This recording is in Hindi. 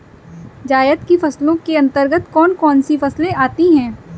जायद की फसलों के अंतर्गत कौन कौन सी फसलें आती हैं?